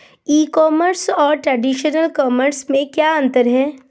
ई commerce और traditional commerce में क्या अंतर है?